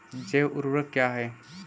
जैव ऊर्वक क्या है?